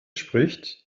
spricht